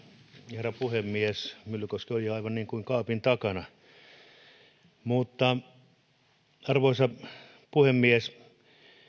herra puhemies myllykoski oli aivan niin kuin kaapin takana arvoisa puhemies